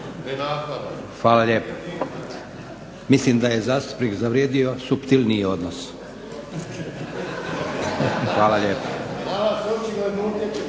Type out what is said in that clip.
Hvala lijepa. Mislim da je zastupnik zavrijedio suptilniji odnos. Hvala lijepa.